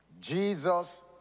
Jesus